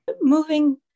moving